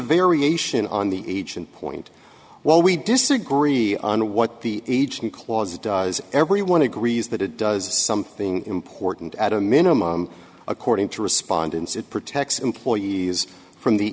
variation on the agent point while we disagree on what the agent clause does everyone agrees that it does something important at a minimum according to respondents it protects employees from the